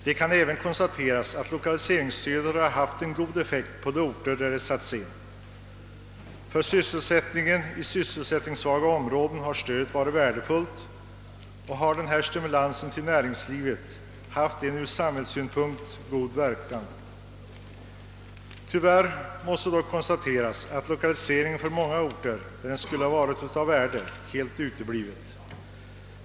Det kan även konstateras att lokaliseringsstödet haft en god effekt på de orter där det satts in. För sysselsättningen i sysselsättningssvaga områden har stödet varit värdefullt och stimulansen till näringslivet där har haft en ur samhällssynpunkt god verkan. Tyvärr måste dock konstateras att 1okaliseringen uteblivit för många orter där den skulle ha varit av värde.